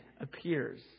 appears